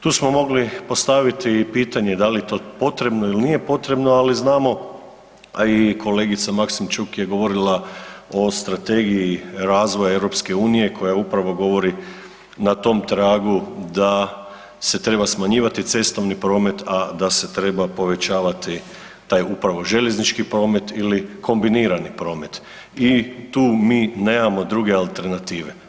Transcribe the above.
Tu smo mogli postaviti pitanje da li je to potrebno ili nije potrebno, ali znamo, a i kolegica Maksimčuk je govorila o Strategiji razvoja EU koja upravo govori na tom tragu da se treba smanjivati cestovni promet, a da se treba povećavati taj upravo željeznički promet ili kombinirani promet i tu mi nemamo druge alternative.